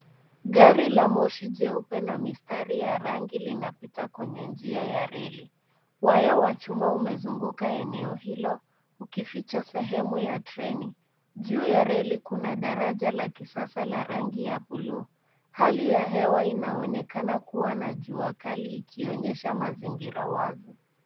Gari la moshi jeupe na mistari ya rangi linapita kwenye njia ya reli. Waya wa chuma umezunguka eneo hilo ukificha sehemu ya treni. Juu ya reli kuna daraja la kisasa la rangi ya buluu. Hali ya hewa inaonekana kuwa na jua kali ikionyesha mazingira wazi.